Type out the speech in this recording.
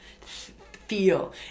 Feel